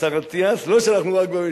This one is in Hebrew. השר אטיאס, לא רק כשאנחנו בממשלה,